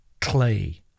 Clay